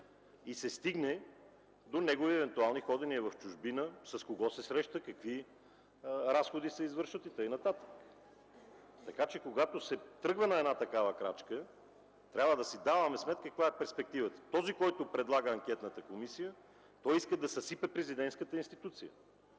и се стигне до негови евентуални пътувания в чужбина, с кого се среща, какви разходи се извършват и така нататък, така че, когато се тръгва на една такава крачка, трябва да си даваме сметка каква е перспективата. Този, който предлага анкетната комисия, той иска да съсипе президентската институция.